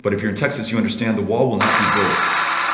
but if you're in texas, you understand the wall will not be built